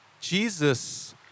Jesus